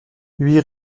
huit